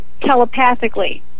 telepathically